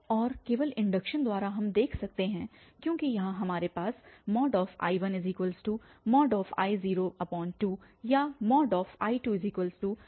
और केवल इन्डक्शन द्वारा हम देख सकते हैं क्योंकि यहाँ हमारे पास I1I02 या I2I12 है